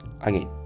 again